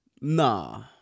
Nah